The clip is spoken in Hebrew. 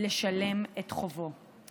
לשלם את חובו.